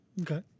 Okay